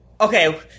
okay